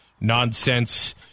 nonsense